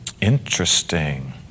Interesting